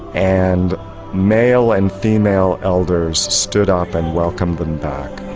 and male and female elders stood up and welcomed them back.